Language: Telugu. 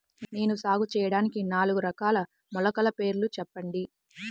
నేను సాగు చేయటానికి నాలుగు రకాల మొలకల పేర్లు చెప్పండి?